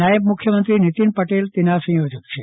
નાયબ મુખ્યમંત્રી નીતીન પટેલ તેના સંયોજક છે